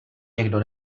někdo